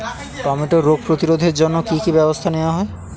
টমেটোর রোগ প্রতিরোধে জন্য কি কী ব্যবস্থা নেওয়া হয়?